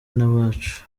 n’abacu